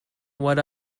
what